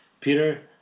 Peter